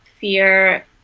fear